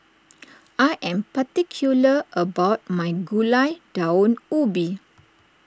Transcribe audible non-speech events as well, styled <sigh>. <noise> I am particular about my Gulai Daun Ubi